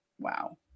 wow